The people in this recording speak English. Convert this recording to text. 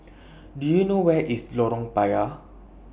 Do YOU know Where IS Lorong Payah